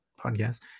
podcast